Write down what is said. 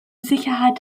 sicherheit